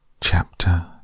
Chapter